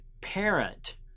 parent